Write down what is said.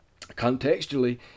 contextually